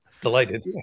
Delighted